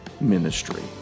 ministry